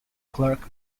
clerk